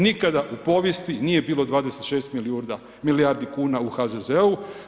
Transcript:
Nikada u povijesti nije bilo 26 milijardi kuna u HZZO-u.